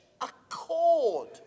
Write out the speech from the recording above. accord